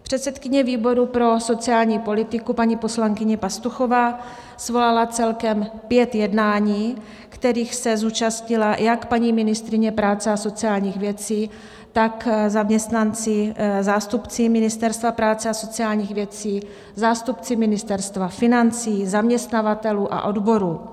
Předsedkyně výboru pro sociální politiku paní poslankyně Pastuchová svolala celkem pět jednání, kterých se zúčastnila jak paní ministryně práce a sociálních věcí, tak zaměstnanci, zástupci Ministerstva práce a sociálních věcí, zástupci Ministerstva financí, zaměstnavatelů a odborů.